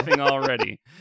already